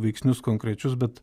veiksnius konkrečius bet